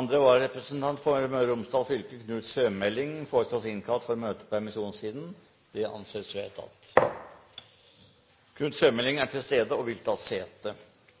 Andre vararepresentant for Møre og Romsdal fylke, Knut Sjømeling, innkalles for å møte i permisjonstiden. Knut Sjømeling er til stede og vil ta sete.